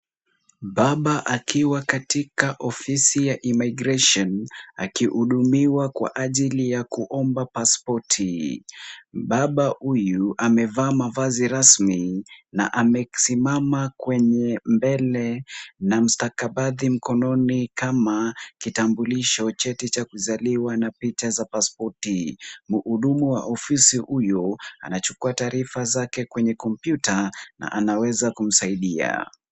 Mbaba akiwa katika ofisi ya immigration akihudumiwa kwa ajili ya kuomba pasipoti. Mbaba huyu amevaa mavazi rasmi na amesimama kwenye mbele na mstakabadhi mkononi kama kitambulisho, cheti ya kuzaliwa na picha za pasipoti. Mhudumu wa ofisi huyo anachukuwa taarifa zake kwenye kompyuta na anaweza kumsaidia.